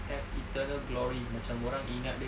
had eternal glory macam orang ingat dia